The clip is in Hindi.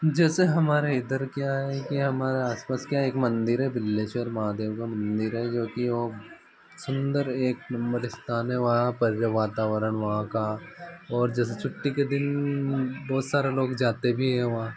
जैसे हमारे इधर क्या है कि हमारे आस पास क्या है एक मंदिर है बिल्लेश्वर महादेव का मंदिर है जो कि वो सुन्दर एक नम्बर स्थान है वहाँ पर जो वातावरण वहाँ का और जैसे छुट्टी के दिन बहुत सारे लोग जाते भी हैं वहाँ